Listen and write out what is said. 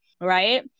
right